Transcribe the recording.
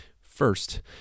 First